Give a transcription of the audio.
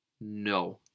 No